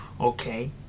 Okay